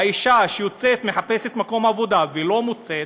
אישה שיוצאת, מחפשת מקום עבודה, ולא מוצאת,